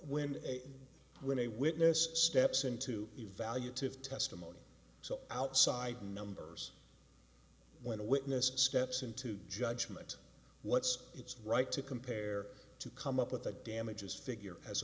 when when a witness steps in to evaluate if testimony so outside members when a witness steps into judgment what's its right to compare to come up with a damages figure as